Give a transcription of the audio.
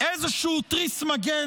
כאיזשהו תריס מגן,